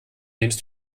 nimmst